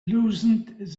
loosened